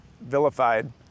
vilified